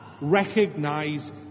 recognise